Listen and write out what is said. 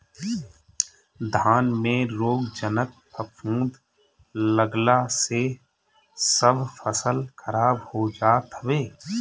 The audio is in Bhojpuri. धान में रोगजनक फफूंद लागला से सब फसल खराब हो जात हवे